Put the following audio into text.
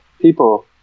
people